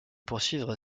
poursuivre